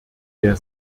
der